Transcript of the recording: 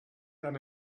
than